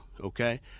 okay